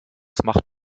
macht